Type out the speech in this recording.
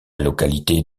localité